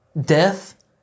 death